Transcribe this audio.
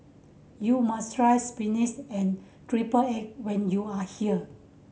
you must try and triple egg when you are here